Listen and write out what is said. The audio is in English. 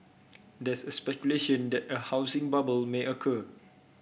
there's a speculation that a housing bubble may occur